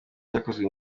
cyakozwe